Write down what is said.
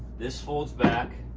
this folds back,